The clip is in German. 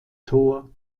tor